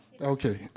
Okay